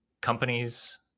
companies